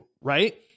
right